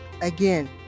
Again